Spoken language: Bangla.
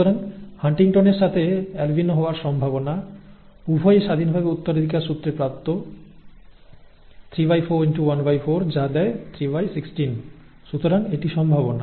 সুতরাং হান্টিংটনের সাথে অ্যালবিনো হওয়ার সম্ভাবনা উভয়ই স্বাধীনভাবে উত্তরাধিকার সূত্রে প্রাপ্ত ¾ x ¼ যা দেয় 316 সুতরাং এটি সম্ভাবনা